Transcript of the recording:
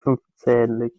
fünfzählig